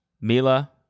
Mila